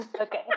Okay